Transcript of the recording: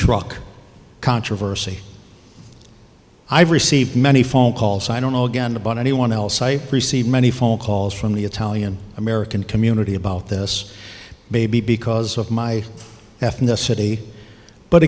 truck controversy i've received many phone calls i don't know again about anyone else i received many phone calls from the italian american community about this baby because of my ethnicity but